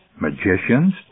magicians